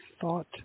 thought